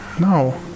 No